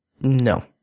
No